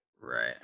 right